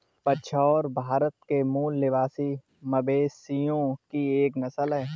बछौर भारत के मूल निवासी मवेशियों की एक नस्ल है